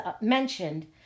mentioned